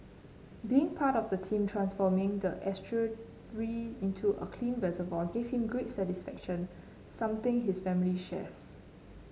being part of the team transforming the estuary into a clean reservoir gave him great satisfaction something his family shares